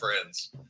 friends